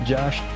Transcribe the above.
Josh